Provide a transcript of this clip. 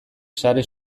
sare